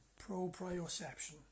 Proprioception